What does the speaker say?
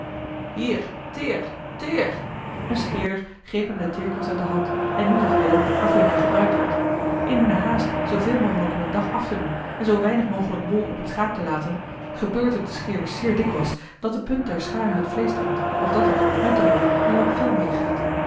teer teer een scheerder greep hem den teerkwast uit de hand en nu zag willem waarvoor hij gebruikt werd in hunne haast zooveel mogelijk op een dag af te doen en zoo weinig mogelijk wol op het schaap te laten gebeurt het den scheerders zeer dikwijls dat de punt der schaar in t vleesch dringt of dat er met de wol een lap vel meegaat